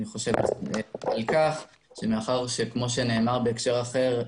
אני חושב שמאחר שכמו שנאמר בהקשר אחר,